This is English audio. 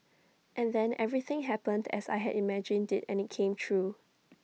and then everything happened as I had imagined IT and IT came true